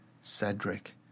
Cedric